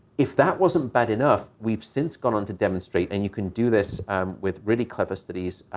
if that wasn't bad enough, we've since gone on to demonstrate, and you can do this with really clever studies,